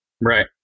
Right